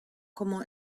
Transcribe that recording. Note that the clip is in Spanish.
como